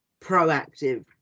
proactive